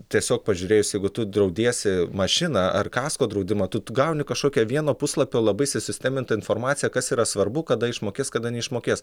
tiesiog pažiūrėjus jeigu tu draudiesi mašiną ar kasko draudimą tu gauni kažkokią vieno puslapio labai susistemintą informaciją kas yra svarbu kada išmokės kada neišmokės